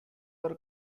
are